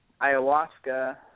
ayahuasca